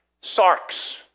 sarks